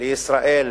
לישראל